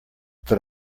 that